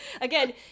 again